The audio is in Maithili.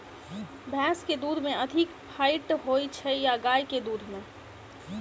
भैंस केँ दुध मे अधिक फैट होइ छैय या गाय केँ दुध में?